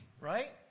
right